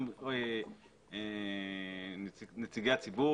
גם נציגי הציבור,